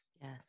Yes